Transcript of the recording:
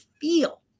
feel